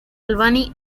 albany